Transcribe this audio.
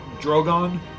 Drogon